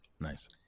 Nice